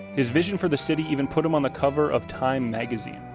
his vision for the city even put him on the cover of time magazine.